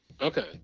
Okay